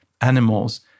animals